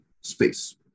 space